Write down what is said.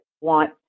want